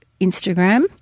Instagram